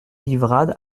livrade